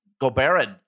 Gobert